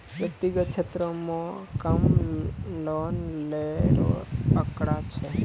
व्यक्तिगत क्षेत्रो म कम लोन लै रो आंकड़ा छै